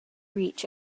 reach